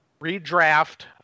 redraft